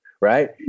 right